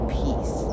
peace